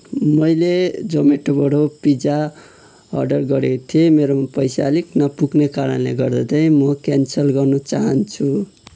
मैले जोम्याटोबाट pizza order गरेको थिएँ मेरोमा पैसा अलिक नपुग्ने कारणले गर्दा चाहिँ म क्यान्सल गर्न चाहन्छु